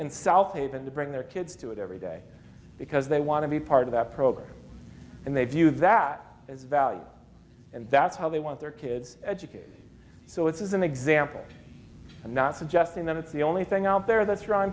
in south haven to bring their kids to it every day because they want to be part of that program and they view that as value and that's how they want their kids educated so it's an example i'm not suggesting that it's the only thing out there that's